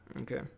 Okay